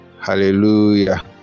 hallelujah